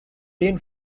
dean